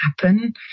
happen